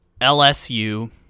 LSU